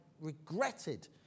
regretted